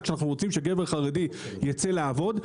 כשאנחנו רוצים שגבר חרדי יצא לעבוד,